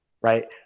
right